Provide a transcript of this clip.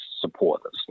supporters